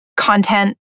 Content